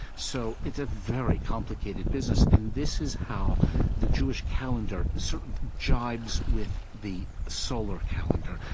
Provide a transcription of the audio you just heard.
so it's a very complicated business. and this is how the jewish calendar sort of jives with the solar calendar.